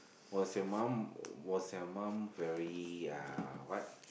was your mum was your mum very uh what